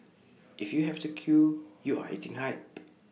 if you have to queue you are eating hype